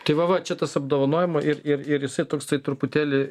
tai va va čia tas apdovanojimą ir ir ir jisai toksai truputėlį